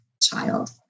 child